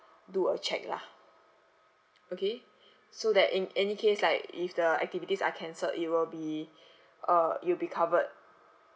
do a check lah okay so that in any case like if the activities are cancelled it will be uh it will be covered